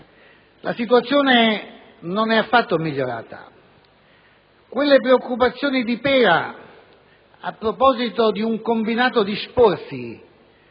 la situazione non è affatto migliorata. Quelle preoccupazioni del collega Pera, a proposito di un combinato disporsi